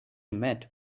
met